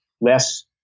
less